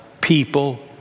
people